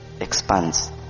expands